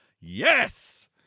yes